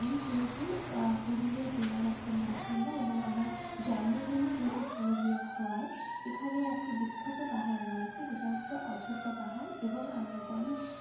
আমি যেহেতু পুরুলিয়া জেলার একজন বাসিন্দা এবং আমার জন্মভূমি যেহেতু পুরুলিয়া হওয়ায় এখানে একটি বিখ্যাত পাহাড় রয়েছে যেটা হচ্ছে অযোধ্যা পাহাড় এবং আমরা জানি